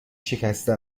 شکسته